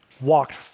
walked